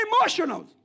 emotional